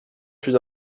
plus